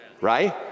Right